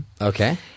okay